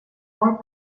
molt